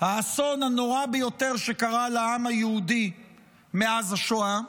האסון הנורא ביותר שקרה לעם היהודי מאז השואה.